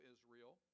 Israel